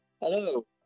Hello